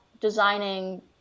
designing